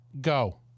Go